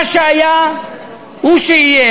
מה שהיה הוא שיהיה.